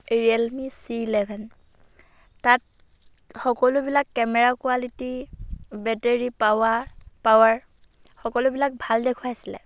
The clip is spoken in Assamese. ৰিয়েলমি চি ইলেভেন তাত সকলোবিলাক কেমেৰা কোৱালিটি বেটেৰী পাৱা পাৱাৰ সকলোবিলাক ভাল দেখুৱাইছিলে